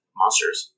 monsters